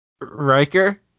Riker